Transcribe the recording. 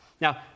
Now